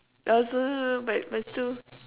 oh so bad but still